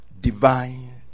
Divine